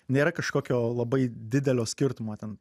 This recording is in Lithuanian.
nėra kažkokio labai didelio skirtumo ten